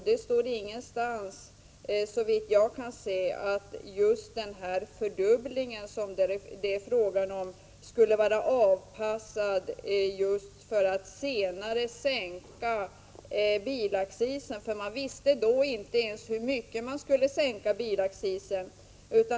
Såvitt jag kan se står det inte där att just den fördubbling som det är fråga om skulle vara avpassad för en senare sänkning av bilaccisen — då visste man inte ens hur mycket den skulle sänkas.